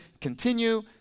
continue